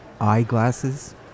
eyeglasses